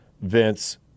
Vince